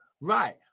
Right